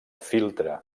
filtre